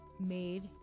made